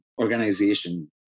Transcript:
organization